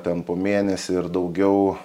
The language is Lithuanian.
ten po mėnesį ir daugiau